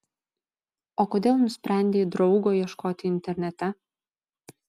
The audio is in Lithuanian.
o kodėl nusprendei draugo ieškoti internete